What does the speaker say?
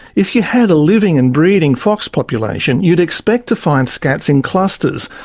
if you had a living and breeding fox population, you'd expect to find scats in clusters,